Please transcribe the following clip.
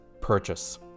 purchase